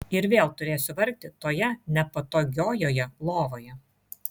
ir vėl turėsiu vargti toje nepatogiojoje lovoje